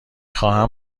خواهم